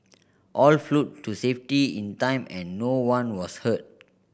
all to safety in time and no one was hurt